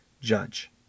judge